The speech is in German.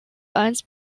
eins